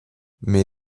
mais